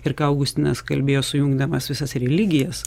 ir ką augustinas kalbėjo sujungdamas visas religijas